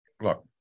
look